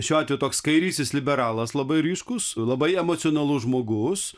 šiuo atveju toks kairysis liberalas labai ryškūs labai emocionalus žmogus